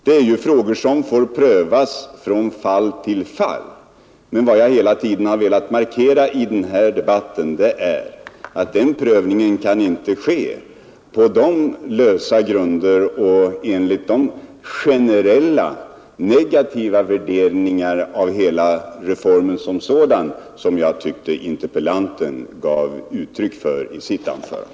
Det är ju frågor som får prövas från fall till fall. Men vad jag hela tiden har velat markera i den här debatten är att den prövningen inte kan ske på de lösa grunder och enligt de generella negativa värderingar av hela reformen som sådan som jag tyckte interpellanten gav uttryck för i sitt anförande.